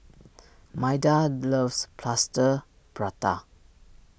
Maida loves Plaster Prata